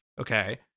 okay